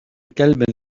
كلب